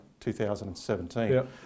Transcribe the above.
2017